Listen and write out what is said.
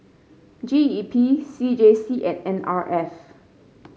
G E P C J C and N R F